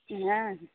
हाँ